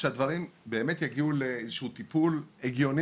שהדברים באמת יגיעו לאיזשהו טיפול הגיוני